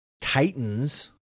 Titans